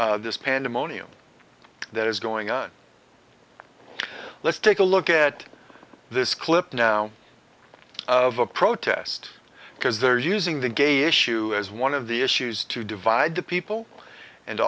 this pandemonium that is going on let's take a look at this clip now of a protest because they're using the gay issue as one of the issues to divide people and